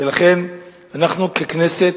ולכן אנחנו, ככנסת,